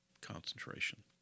concentration